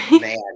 Man